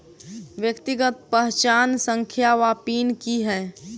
व्यक्तिगत पहचान संख्या वा पिन की है?